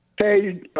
Hey